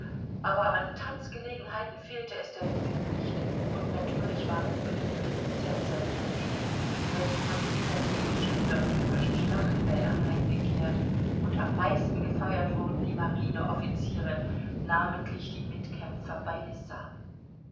aber an tanzgelegenheiten fehlte es der jugend nicht und natürlich waren die beliebtesten tänzer diejenigen welche von den italienischen oder böhmischen schlachtfeldern heimgekehrt und am meisten gefeiert wurden die marineoffiziere namentlich die mitkämpfer bei lissa